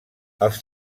els